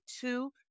two